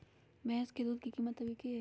भैंस के दूध के कीमत अभी की हई?